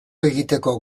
egiteko